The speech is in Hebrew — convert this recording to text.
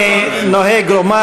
אני נוהג לומר,